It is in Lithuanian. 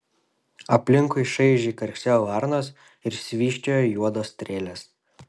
aplinkui šaižiai karksėjo varnos ir švysčiojo juodos strėlės